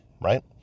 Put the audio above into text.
right